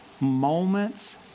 moments